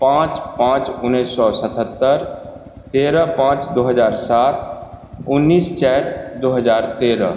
पाँच पाँच उनैस सओ सतहत्तरि तेरह पाँच दू हज़ार सात उनैस चारि दू हज़ार तेरह